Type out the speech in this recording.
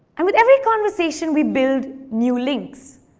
and with every conversation we build new links.